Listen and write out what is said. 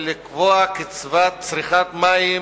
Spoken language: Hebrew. לקבוע קצבת צריכת מים